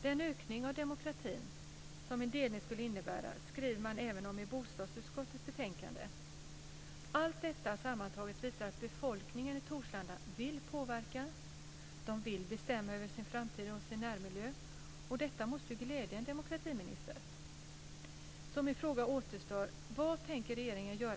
Den ökning av demokratin som en delning skulle innebära skriver man även om i bostadsutskottets betänkande. Allt detta sammantaget visar att befolkningen i Torslanda vill påverka. De vill bestämma över sin framtid och sin närmiljö. Detta måste glädja en demokratiminister.